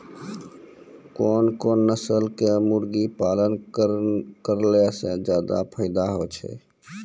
कोन कोन नस्ल के मुर्गी पालन करला से ज्यादा फायदा होय छै?